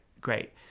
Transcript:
great